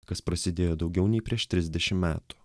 kas prasidėjo daugiau nei prieš trisdešim metų